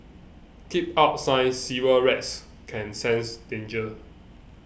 keep out sign Sewer rats can sense danger